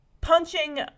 Punching